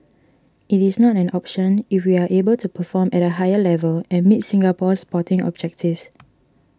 it is not an option if we are able to perform at a higher level and meet Singapore's sporting objectives